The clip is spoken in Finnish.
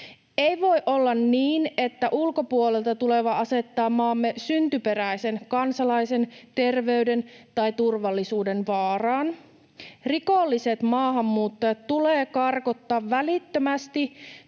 Ei voi olla niin, että ulkopuolelta tuleva asettaa maamme syntyperäisen kansalaisen terveyden tai turvallisuuden vaaraan. Rikolliset maahanmuuttajat tulee karkottaa välittömästi